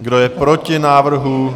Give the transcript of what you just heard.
Kdo je proti návrhu?